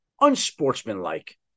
unsportsmanlike